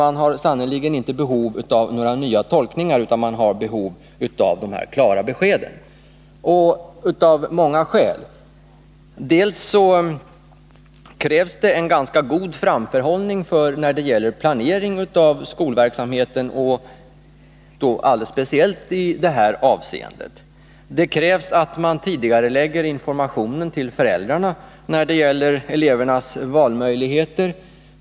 Man har sannerligen inte behov av nya tolkningar, utan man har behov av dessa klara besked, och det av många skäl. Det krävs t.ex. en ganska god framförhållning när det gäller planering av skolverksamheten, och alldeles speciellt i detta avseende. Det krävs att man tidigarelägger informationen till föräldrarna när det gäller elevernas valmöjligheter.